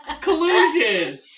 collusion